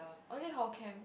only hall camp